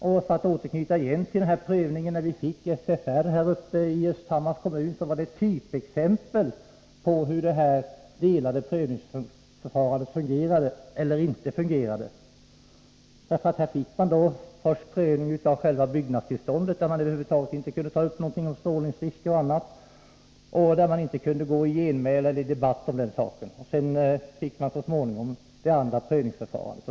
För att på nytt återknyta till prövningen när vi fick SFR i Östhammars kommun var detta ett typexempel på hur det delade prövningsförfarandet fungerar — eller inte fungerar. Först skedde prövning av själva byggnadstillståndet, då man över huvud taget inte kunde ta upp strålningsrisker och annat och inte kunde gå i genmäle och debattera saken. Så småningom fick man det andra prövningsförfarandet.